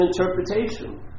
interpretation